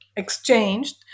Exchanged